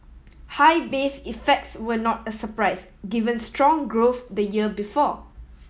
high base effects were not a surprise given strong growth the year before